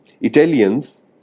Italians